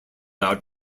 out